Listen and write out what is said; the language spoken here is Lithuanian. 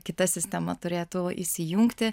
kita sistema turėtų įsijungti